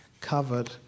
covered